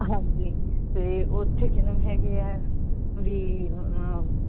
ਹਾਂਜੀ ਅਤੇ ਉੱਥੇ ਕਿਨਮ ਹੈਗੇ ਆ ਵੀ